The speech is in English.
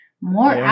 more